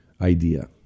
idea